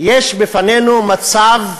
יש בפנינו מצב,